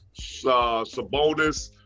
Sabonis